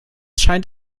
scheint